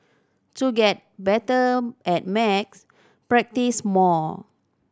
to get better at maths practise more